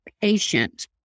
patient